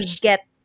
get